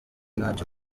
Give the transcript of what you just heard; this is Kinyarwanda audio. ntacyo